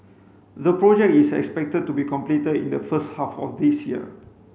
the project is expected to be completed in the first half of this year